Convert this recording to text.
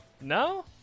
No